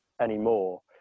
anymore